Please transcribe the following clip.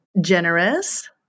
Generous